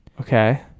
okay